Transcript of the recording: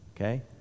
okay